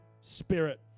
spirit